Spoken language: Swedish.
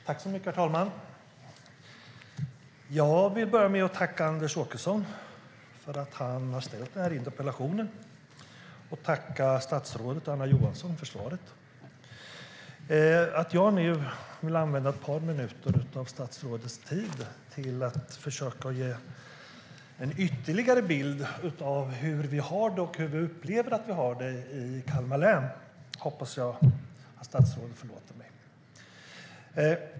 Herr talman! Jag vill börja med att tacka Anders Åkesson för att han har ställt denna interpellation och tacka statsrådet Anna Johansson för svaret. Att jag nu vill använda ett par minuter av statsrådets tid till att försöka ge ytterligare en bild av hur vi har det och hur vi upplever det i Kalmar län hoppas jag att statsrådet förlåter mig.